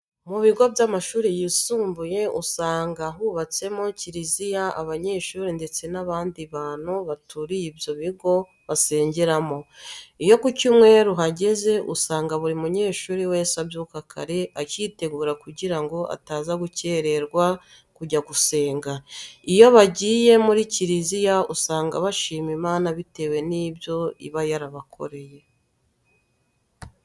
Mu bigo by'amashuri yisumbuye usanga haba hubatsemo kiriziya abanyeshuri ndetse n'abandi bantu baturiye ibyo bigo basengeramo. Iyo ku cyumweru hageze usanga buri munyeshuri wese abyuka kare akitegura kugira ngo ataza gukerererwa kujya gusenga. Iyo bagiye muri kiriziya usanga bashima Imana bitewe n'ibyo iba yarabakoreye.